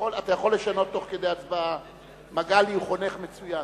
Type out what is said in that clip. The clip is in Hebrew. ההוצאה התקציבית (תיקון מס' 11),